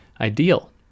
ideal